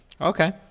Okay